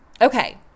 Okay